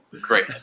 Great